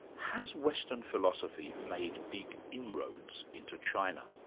has western philosophy made big inroads into china?